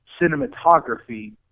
cinematography